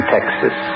Texas